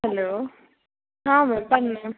hello ಹಾಂ ma'am ಪನ್ನೆ